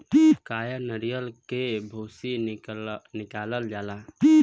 कायर नरीयल के भूसी से निकालल जाला